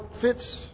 fits